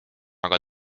aga